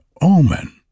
omen